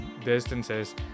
distances